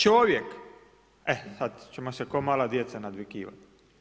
Čovjek, e sad ćemo se ko mala djeca nadvikivati.